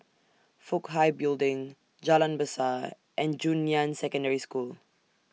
Fook Hai Building Jalan Besar and Junyuan Secondary School